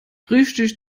richtig